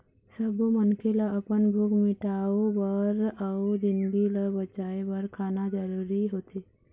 सब्बो मनखे ल अपन भूख मिटाउ बर अउ जिनगी ल बचाए बर खाना जरूरी होथे